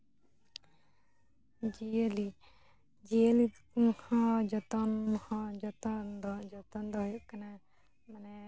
ᱡᱤᱭᱟᱹᱞᱤ ᱡᱤᱭᱟᱹᱞᱤ ᱠᱚᱫᱚ ᱡᱚᱛᱚᱱ ᱦᱚᱸ ᱡᱚᱛᱚᱱ ᱫᱚ ᱡᱚᱛᱚᱱ ᱫᱚ ᱦᱩᱭᱩᱜ ᱠᱟᱱᱟ ᱢᱟᱱᱮ